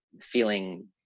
feeling